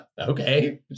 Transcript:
Okay